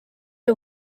the